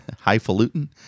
highfalutin